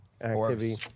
activity